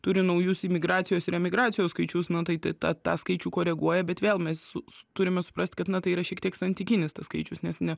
turi naujus imigracijos ir emigracijos skaičius nu tai tą tą skaičių koreguoja bet vėl mes turime suprasti kad tai yra šiek tiek santykinis tas skaičius nes ne